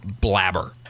blabber